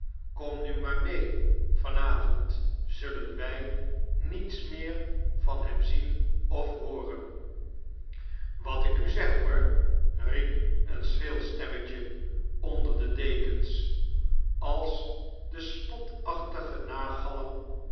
kom nu maar mee van avond zullen wy niets meer van hem zien of hooren wat ik u zeg hoor riep een schril stemmetje onder de dekens als de spotachtige